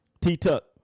T-Tuck